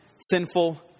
sinful